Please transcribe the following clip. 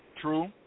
True